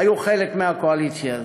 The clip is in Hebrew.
היו חלק מהקואליציה הזאת.